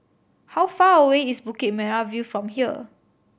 how far away is Bukit Merah View from here